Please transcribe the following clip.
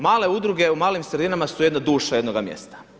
Male udruge u malim sredinama su jedna duša jednoga mjesta.